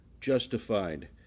justified